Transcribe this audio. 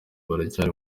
baracyari